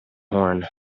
horn